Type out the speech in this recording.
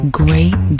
great